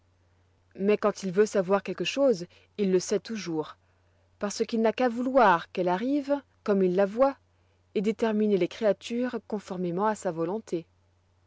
mais quand il veut savoir quelque chose il le sait toujours parce qu'il n'a qu'à vouloir qu'elle arrive comme il la voit et déterminer les créatures conformément à sa volonté